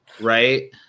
right